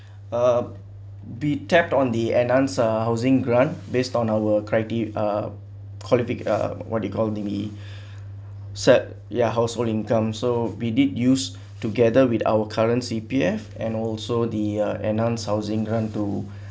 uh be tapped on the an answer housing grant based on our crite~ uh qualifi~ uh what you do call d b cert ya household income so be did use together with our current C_P_F and also the uh enhance housing grant to